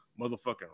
Motherfucking